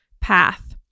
path